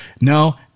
No